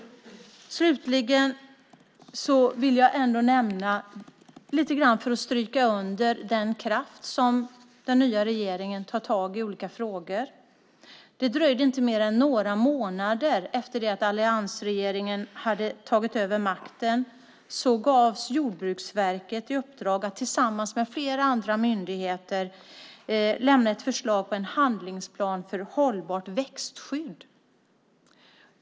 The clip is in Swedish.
Slutligen vill jag lite grann stryka under att det är med kraft den nya regeringen tar itu med olika frågor. Bara några månader efter det att alliansregeringen hade tagit över makten gavs Jordbruksverket i uppdrag att tillsammans med flera andra myndigheter lämna ett förslag på en handlingsplan för ett hållbart växtskydd.